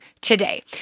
today